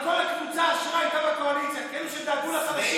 כי כל הקבוצה, הייתה בקואליציה, כאלה שדאגו לחלשים